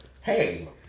hey